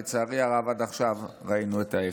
לצערי הרב, עד עכשיו ראינו את ההפך.